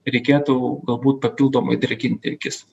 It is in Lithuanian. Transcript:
reikėtų galbūt papildomai drėkinti akis